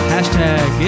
Hashtag